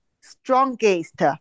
strongest